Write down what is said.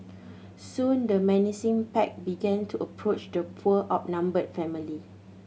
soon the menacing pack began to approach the poor outnumbered family